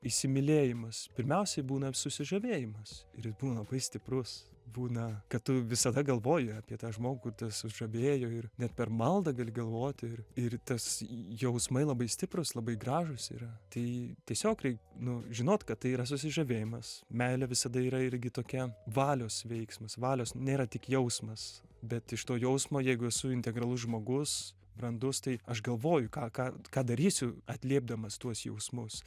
įsimylėjimas pirmiausiai būna susižavėjimas ir jis būna labai stiprus būna kad tu visada galvoji apie tą žmogų ir tave sužavėjo ir net per maldą gali galvoti ir ir tas jausmai labai stiprūs labai gražūs yra tai tiesiog reik nu žinot kad tai yra susižavėjimas meilė visada yra irgi tokia valios veiksmas valios nėra tik jausmas bet iš to jausmo jeigu esu integralus žmogus brandus tai aš galvoju ką ką ką darysiu atliepdamas tuos jausmus